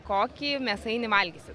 kokį mėsainį valgysit